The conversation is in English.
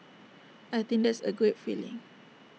I think that's A great feeling